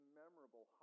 memorable